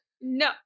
no